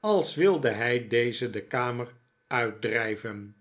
als wilde hij dezen de kamer uitdrijven